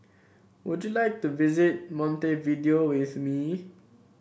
would you like to visit Montevideo with me